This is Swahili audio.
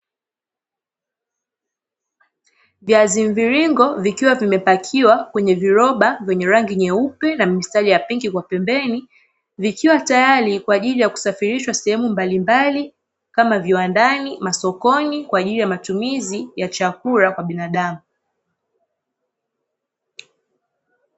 Viazi mviringo vikiwa vimepakiwa kwenye viroba vyenye rangi nyeupe na mistari ya pinki kwa pembeni vikiwa tayari kwaajili ya kusafirishwa seheu mbalimbali kama viwandani ,masokoni kwaajili ya matumizi ya chakula kwa binadamu.